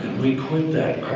we quit that